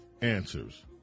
answers